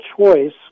choice